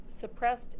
suppressed